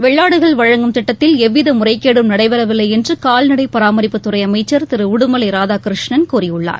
வெள்ளாடுகள் வழங்கும் திட்டத்தில் எவ்வித முறைகேடும் நடைபெறவில்லை என்று கால்நடை பராமரிப்புத்துறை அமைச்சர் திரு உடுமலை ராதாகிருஷ்ணன் கூறியுள்ளார்